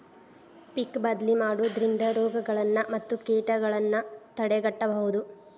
ಪಿಕ್ ಬದ್ಲಿ ಮಾಡುದ್ರಿಂದ ರೋಗಗಳನ್ನಾ ಮತ್ತ ಕೇಟಗಳನ್ನಾ ತಡೆಗಟ್ಟಬಹುದು